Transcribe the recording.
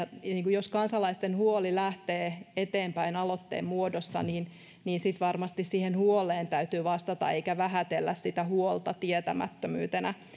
jos kansalaisten huoli lähtee eteenpäin aloitteen muodossa niin niin sitten varmasti siihen huoleen täytyy vastata eikä vähätellä sitä huolta tietämättömyytenä